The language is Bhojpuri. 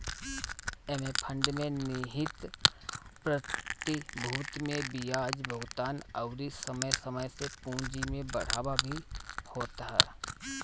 एमे फंड में निहित प्रतिभूति पे बियाज भुगतान अउरी समय समय से पूंजी में बढ़ावा भी होत ह